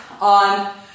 on